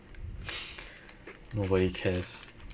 nobody cares